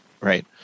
right